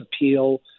appeal